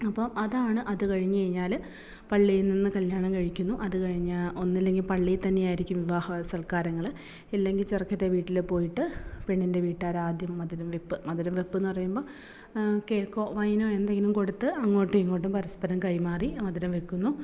അപ്പം അതാണ് അത് കഴിഞ്ഞ് കഴിഞ്ഞാൽ പള്ളിയിൽ നിന്ന് കല്യാണം കഴിക്കുന്നു അത് കഴിഞ്ഞാൽ ഒന്നല്ലെങ്കിൽ പള്ളിയിൽ തന്നെ ആയിരിക്കും വിവാഹ സൽക്കാരങ്ങൾ ഇല്ലെങ്കിൽ ചെറുക്കൻ്റെ വീട്ടിൽ പോയിട്ട് പെണ്ണിൻ്റെ വീട്ടുകാർ ആദ്യം മധുരം വയ്പ്പ് മധുരം വയ്പ്പെന്ന് പറയുമ്പോൾ കേക്കോ വൈനോ എന്തെങ്കിലും കൊടുത്ത് അങ്ങോട്ടും ഇങ്ങോട്ടും പരസ്പ്പരം കൈമാറി മധുരം വയ്ക്കുന്നു